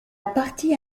partie